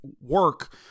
work